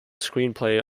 screenplay